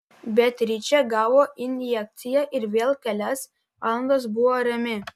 beatričė gavo injekciją ir vėl kelias valandas buvo rami